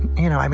you know,